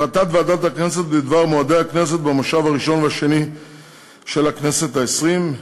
החלטת ועדת הכנסת בדבר מועדי המושב הראשון והשני של הכנסת העשרים,